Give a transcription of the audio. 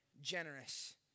generous